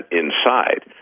inside